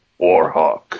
Warhawk